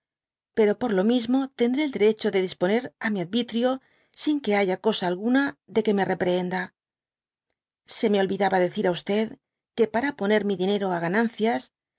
pero por lo mismo tendré el derecho de disponer á mi advitrio sin que haya cosa alguna de que me reprdienda se me olvidaba dech á que para poner mi dinero á ganancias